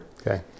okay